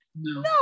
No